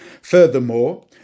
Furthermore